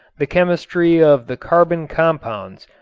the chemistry of the carbon compounds,